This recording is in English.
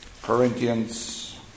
Corinthians